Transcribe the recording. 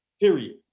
Period